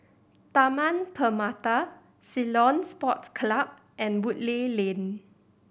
Taman Permata Ceylon Sports Club and Woodleigh Lane